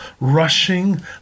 rushing